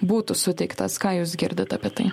būtų suteiktas ką jūs girdit apie tai